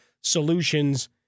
solutions